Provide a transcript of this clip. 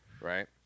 right